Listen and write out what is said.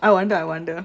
I wonder I wonder